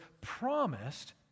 promised